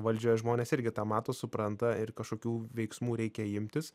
valdžioje žmonės irgi tą mato supranta ir kažkokių veiksmų reikia imtis